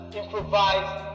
improvised